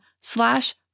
slash